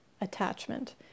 Attachment